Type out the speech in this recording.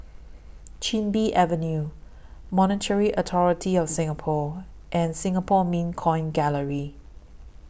Chin Bee Avenue Monetary Authority of Singapore and Singapore Mint Coin Gallery